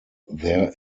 there